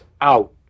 out